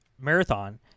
marathon